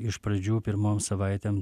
iš pradžių pirmom savaitėm